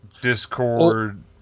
Discord